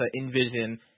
envision